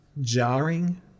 jarring